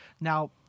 Now